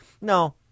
No